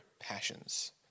passions